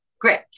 great